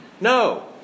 No